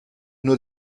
nur